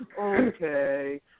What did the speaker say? Okay